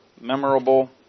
memorable